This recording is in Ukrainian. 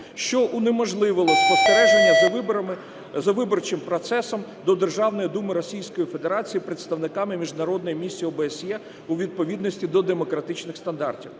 що унеможливило спостереження за виборчим процесом до Державної Думи Російської Федерації представниками міжнародної місії ОБСЄ у відповідності до демократичних стандартів.